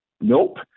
Nope